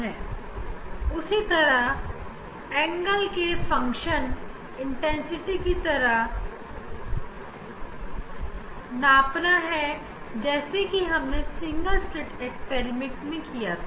ऐसा करने हेतु हम उसी तरह से तीव्रता को कोण के साथ नापाएंगे जैसे कि हमने सिंगल स्लिट प्रयोग में किया था